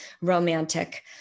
romantic